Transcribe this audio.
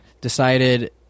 decided